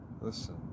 Listen